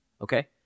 okay